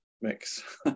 mix